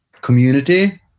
community